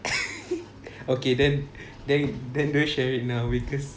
okay then then then don't share it now because